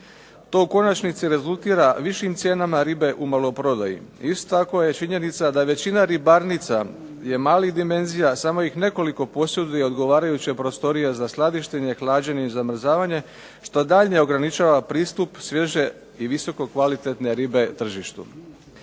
To u konačnici rezultira višim cijenama ribe u maloprodaji. Isto tako je činjenica da većina ribarnica je malih dimenzija, a samo ih nekoliko posudi odgovarajuće prostorije za skladištenje, hlađenje i zamrzavanje što daljnje ograničava pristup svježe i visokokvalitetne ribe tržištu.